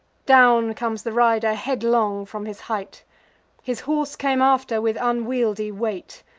down comes the rider headlong from his height his horse came after with unwieldy weight,